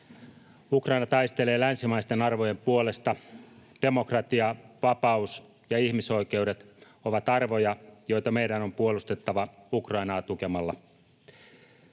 Ukraina taistelee länsimaisten arvojen puolesta. Demokratia, vapaus ja ihmisoikeudet ovat arvoja, joita meidän on puolustettava Ukrainaa tukemalla.